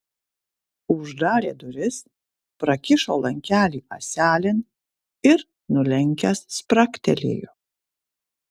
uždarė duris prakišo lankelį ąselėn ir nulenkęs spragtelėjo